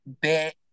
bit